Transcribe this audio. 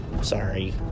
Sorry